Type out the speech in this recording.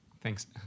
Thanks